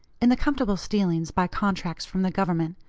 in the comfortable stealings by contracts from the government,